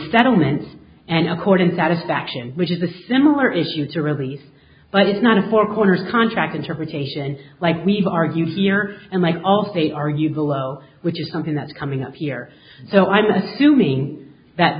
settlement and a court in satisfaction which is a similar issue to release but it's not a four corners contract interpretation like we've argued here and like all faith argue below which is something that's coming up here so i'm assuming that